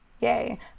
Yay